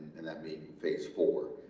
and that being phase four.